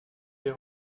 des